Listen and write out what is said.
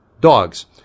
dogs